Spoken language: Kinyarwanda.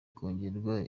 kongererwa